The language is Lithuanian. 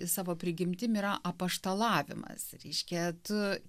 savo prigimtim yra apaštalavimas reiškia tu